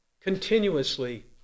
Continuously